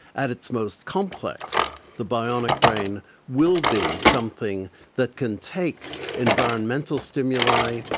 at its most complex the bionic brain will be something that can take environmental stimuli,